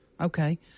Okay